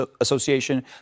Association